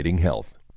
health